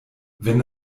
wenn